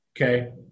Okay